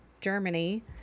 Germany